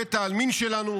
בבית העלמין שלנו,